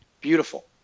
Beautiful